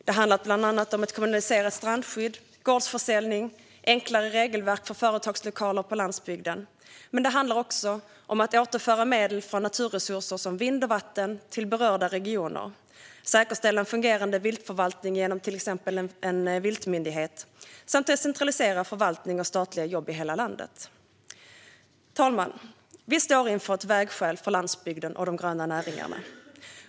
Det handlar bland annat om ett kommunaliserat strandskydd, gårdsförsäljning och enklare regelverk för företagslokaler på landsbygden, men det handlar också om att återföra medel från naturresurser som vind och vatten till berörda regioner, säkerställa en fungerande viltförvaltning genom till exempel en viltmyndighet samt decentralisera förvaltning och statliga jobb i hela landet. Fru talman! Vi står inför ett vägskäl för landsbygden och de gröna näringarna.